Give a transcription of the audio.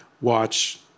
watch